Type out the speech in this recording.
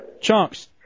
Chunks